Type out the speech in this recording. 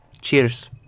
Cheers